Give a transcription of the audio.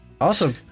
Awesome